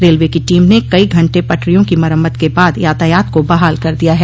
railway की team ने कई घंटे पटरियों की मरम्मत के बाद यातायात को बहाल कर दिया है